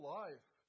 life